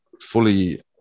fully